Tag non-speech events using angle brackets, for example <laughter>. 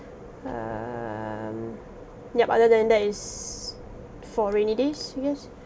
<breath> um ya but other than that is for rainy days I guess